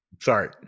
Sorry